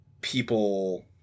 people